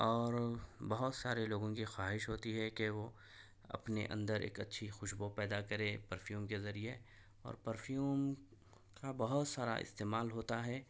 اور بہت سارے لوگوں کی خواہش ہوتی ہے کہ وہ اپنے اندر ایک اچھی خوشبو پیدا کرے پرفیوم کے ذریعے اور پرفیوم کا بہت سارا استعمال ہوتا ہے